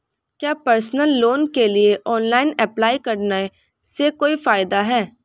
क्या personal loan के लिए ऑनलाइन अप्लाई करने से कोई फायदा है?